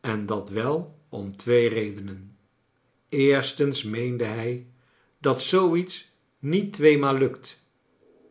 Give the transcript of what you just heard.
en dat wel om twee redenen eerstens meende hij dat zoo iets niet twee rnaal lukt